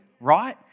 right